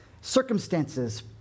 Circumstances